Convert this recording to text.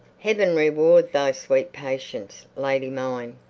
heaven reward thy sweet patience, lady mine,